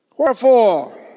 Wherefore